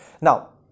now